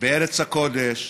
בארץ הקודש,